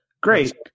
Great